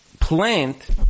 plant